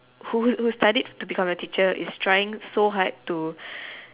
who who studied to become a teacher is trying so hard to